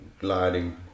gliding